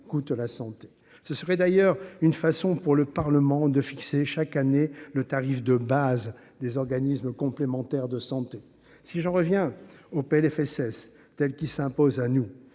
coûte la santé, ce serait d'ailleurs une façon pour le Parlement de fixer chaque année, le tarif de base des organismes complémentaires de santé si j'en reviens au PLFSS telle qui s'impose à nous,